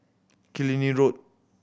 Killiney Road